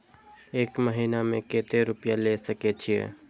एक महीना में केते रूपया ले सके छिए?